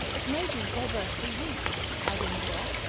it may be diversely used as in broth,